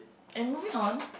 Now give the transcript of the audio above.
and moving on